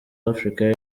african